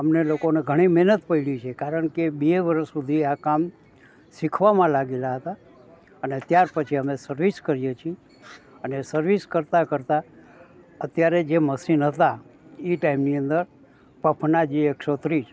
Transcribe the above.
અમને લોકોને ઘણી મહેનત પડી છે કારણ કે બે વરસ સુધી આ કામ શીખવામાં લાગેલા હતા અને ત્યાર પછી અમે સર્વિસ કરીએ છીએ અને સર્વિસ કરતા કરતા અત્યારે જે મશીન હતા એ ટાઈમની અંદર પફના જે એકસો ત્રીસ